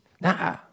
Nah